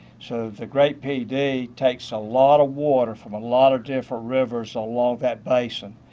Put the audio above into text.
so the great pd takes a lot of water from a lot of different rivers along that basin.